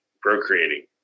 procreating